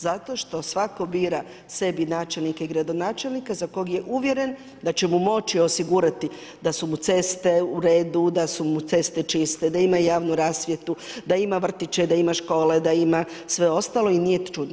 Zato što svatko bira sebi načelnike i gradonačelnika za kog je uvjeren da će mu moći osigurati da su mu ceste u redu, da su mu ceste čiste, da ima javnu rasvjetu, da ima vrtiće, da ima škole, da ima sve ostalo i nije čudno.